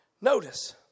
Notice